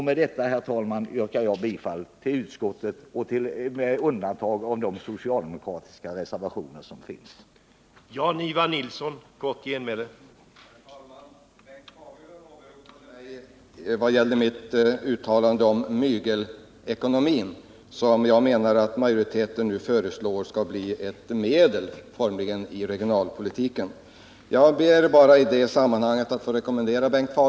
Med detta, herr talman, yrkar jag bifall till utskottets hemställan, med undantag för de moment som föranlett socialdemokratiska reservationer, till vilka jag yrkar bifall.